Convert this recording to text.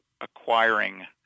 acquiring